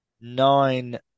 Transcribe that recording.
nine